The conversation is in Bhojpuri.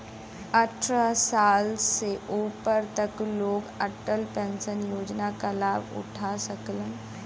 अट्ठारह साल से ऊपर क लोग अटल पेंशन योजना क लाभ उठा सकलन